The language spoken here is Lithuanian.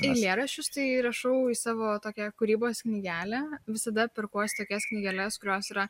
eilėraščius tai rašau į savo tokia kūrybos knygelę visada perkuosi tokias knygeles kurios yra